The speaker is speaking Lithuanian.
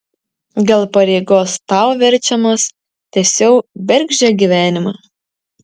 gal pareigos tau verčiamas tęsiau bergždžią gyvenimą